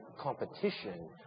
competition